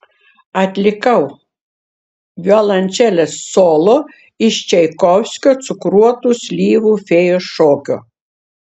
atlikau violončelės solo iš čaikovskio cukruotų slyvų fėjos šokio